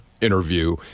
interview